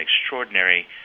extraordinary